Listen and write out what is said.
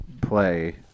play